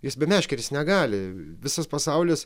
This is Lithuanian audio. jis be meškerės negali visas pasaulis